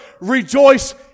rejoice